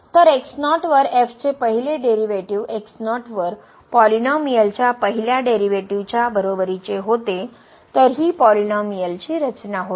तर x0 वर f चे पहिले डेरीवेटीव x0 वर पॉलिनोमिअलच्या पहिल्या डेरीवेटीवच्या बरोबरीचे होते तर हि पॉलिनोमिअलची रचना होती